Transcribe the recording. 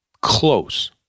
close